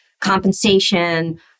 compensation